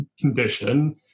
condition